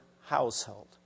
household